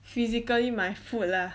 physically my foot lah